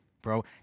Bro